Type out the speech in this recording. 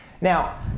Now